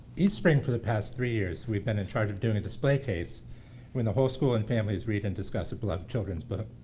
each spring for the past three years we've been in charge of doing a display case when the whole school and families read and discuss a beloved children's book.